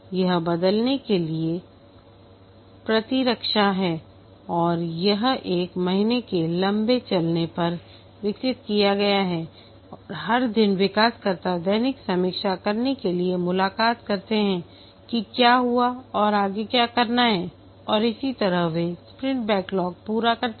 यह बदलने के लिए प्रतिरक्षा है और यह एक महीने के लंबे चलना पर विकसित किया गया है और हर दिन विकासकर्ता दैनिक समीक्षा करने के लिए मुलाकात करते हैं कि क्या हुआ है आगे क्या करना है और इसी तरह वे स्प्रिंट बैकलॉग पूरा करते हैं